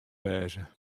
wêze